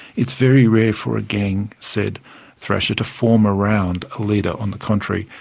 it's very rare for a gang, said thrasher, to form around a leader. on the contrary,